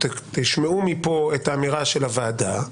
תשמעו כאן את אמירת הוועדה.